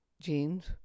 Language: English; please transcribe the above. jeans